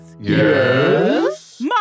Yes